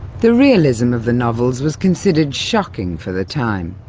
the realism of the novels was considered shocking for the time.